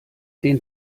den